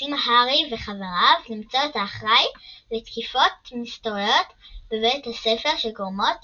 מנסים הארי וחבריו למצוא את האחראי לתקיפות מסתוריות בבית הספר שגורמות